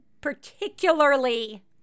particularly